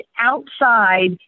outside